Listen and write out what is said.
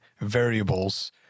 variables